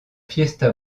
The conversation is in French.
fiesta